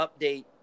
update